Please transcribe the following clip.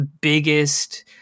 biggest